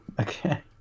okay